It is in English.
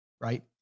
right